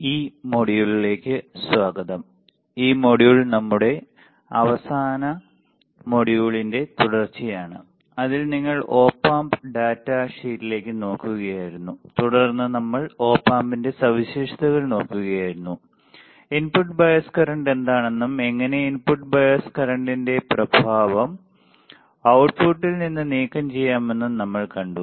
ഈ മൊഡ്യൂളിലേക്ക് സ്വാഗതം ഈ മൊഡ്യൂൾ നമ്മളുടെ അവസാന മൊഡ്യൂളിന്റെ തുടർച്ചയാണ് അതിൽ നിങ്ങൾ ഓപ്പ് ആംപ് ഡാറ്റ ഷീറ്റിലേക്ക് നോക്കുകയായിരുന്നു തുടർന്ന് നമ്മൾ ഓപ്പ് ആമ്പിന്റെ സവിശേഷതകൾ നോക്കുകയായിരുന്നു ഇൻപുട്ട് ബയസ് കറന്റ് എന്താണെന്നും എങ്ങനെ ഇൻപുട്ട് ബയസ് കറന്റിന്റെ പ്രഭാവം outputൽ നിന്നു നീക്കംചെയ്യാമെന്നും നമ്മൾ കണ്ടു